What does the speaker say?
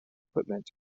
equipment